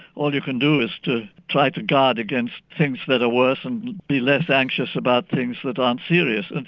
all you can do is to try to guard against things that are worse and be less anxious about things that aren't serious. and